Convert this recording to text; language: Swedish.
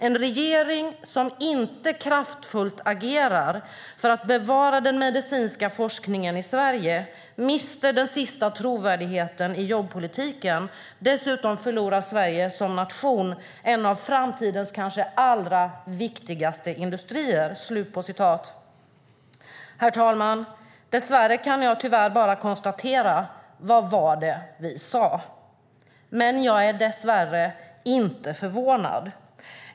En regering som inte agerar kraftfullt för att bevara den medicinska forskningen i Sverige, mister den sista trovärdigheten i jobbpolitiken. Dessutom förlorar Sverige som nation en av framtidens kanske viktigaste industrier." Herr talman! Dess värre kan jag bara fråga: Vad var det vi sade? Men jag är dess värre inte förvånad.